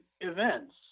events